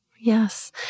Yes